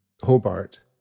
Hobart